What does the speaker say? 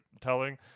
telling